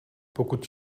pokud